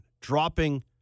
dropping